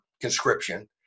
conscription